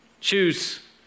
Choose